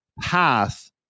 path